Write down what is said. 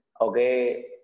Okay